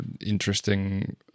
interesting